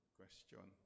question